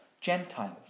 Gentiles